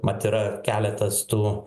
mat yra keletas tų